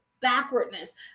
Backwardness